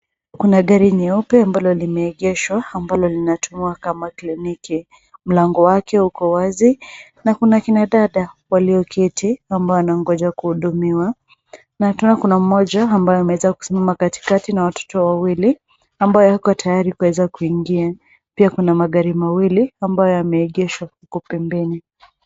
Kuna gari nyeupe ambalo limeegeshwa ambalo linatumiwa kama kliniki. Mlango wake uko wazi na kuna kinadada walioketi kwamba wanangoja kuhudumiwa na tunaona kuna mmoja ambaye ameweza kusimama katikati na watoto wawili, ambaye yuko tayari kuweza kuingia. Pia kuna magari mawili ambayo yameegeshwa huko pembeni.